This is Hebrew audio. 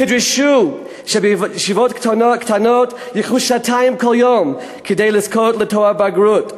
תדרשו שבישיבות קטנות ייקחו שעתיים כל יום כדי לזכות לתואר בגרות,